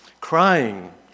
crying